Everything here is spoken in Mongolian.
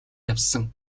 явсан